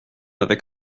avec